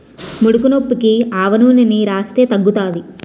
ముడుకునొప్పికి ఆవనూనెని రాస్తే తగ్గుతాది